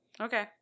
Okay